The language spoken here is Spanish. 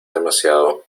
demasiado